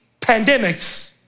pandemics